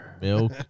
Milk